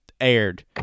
aired